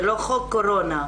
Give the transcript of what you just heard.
זה לא חוק קורונה.